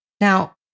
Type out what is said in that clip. Now